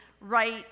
right